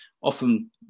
often